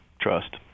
trust